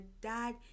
dad